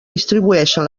distribueixen